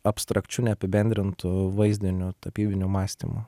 abstrakčiu neapibendrintu vaizdiniu tapybiniu mąstymu